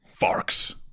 Farks